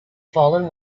fallen